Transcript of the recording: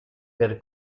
per